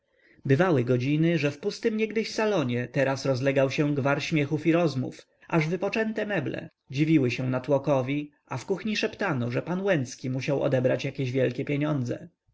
bywały godziny że w pustym niegdyś salonie teraz rozlegał się gwar śmiechów i rozmów aż wypoczęte meble dziwiły się natłokowi a w kuchni szeptano że pan łęcki musiał obebraćodebrać jakieś wielkie pieniądze